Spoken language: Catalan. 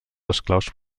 esclaus